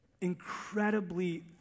incredibly